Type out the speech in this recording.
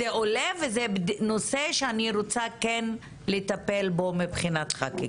זה עולה, וזה נושא שאני כן רוצה לטפל בו בחקיקה.